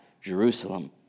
Jerusalem